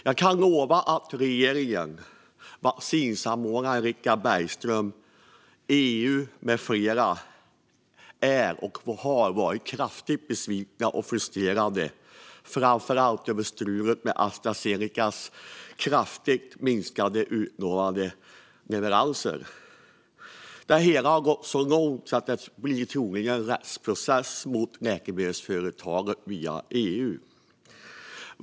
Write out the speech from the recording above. Jag kan lova att regeringen, vaccinsamordnaren Richard Bergström och EU med flera är och har varit besvikna och frustrerade, framför allt över strulet med Astra Zenecas utlovade leveranser som minskat kraftigt. Det hela har gått så långt att det troligen blir en rättsprocess mot läkemedelsföretaget via EU.